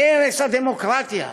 ערש הדמוקרטיה,